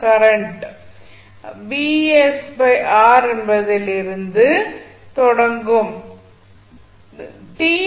current என்பதிலிருந்து தொடங்கும்